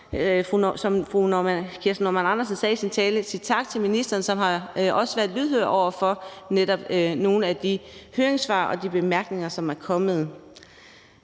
Kirsten Normann Andersen gjorde i sin tale, sige tak til ministeren, som også har været lydhør over for nogle af de høringssvar og de bemærkninger, som er kommet.